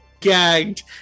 gagged